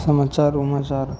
समाचार उमाचार